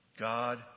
God